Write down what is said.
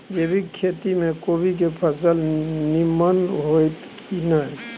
जैविक खेती म कोबी के फसल नीमन होतय की नय?